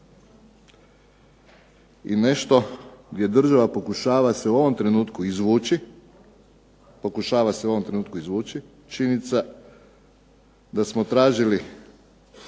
i nešto gdje država pokušava se u ovom trenutku izvući. Činjenica da smo tražili